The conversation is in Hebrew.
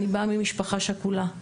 אני באה ממשפחה שכולה,